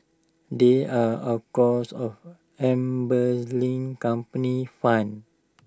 they are of embezzling company funds